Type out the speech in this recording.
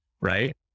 Right